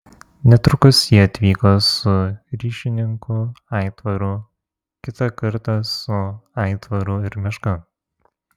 netrukus ji atvyko su ryšininku aitvaru kitą kartą su aitvaru ir meška